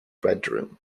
bedroom